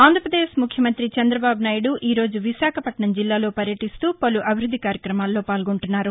ఆంధ్రప్రదేశ్ ముఖ్యమంతి చంద్రబాబు నాయుడు ఈరోజు విశాఖపట్నం జిల్లాలో పర్యటిస్తూ పలు అభివృద్ది కార్యక్రమాల్లో పాల్గొంటున్నారు